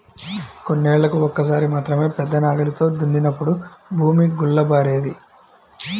కొన్నేళ్ళకు ఒక్కసారి మాత్రమే పెద్ద నాగలితో దున్నినప్పుడు భూమి గుల్లబారేది